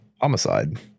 Homicide